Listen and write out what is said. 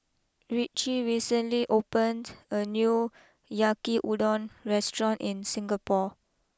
Ritchie recently opened a new Yaki Udon restaurant in Singapore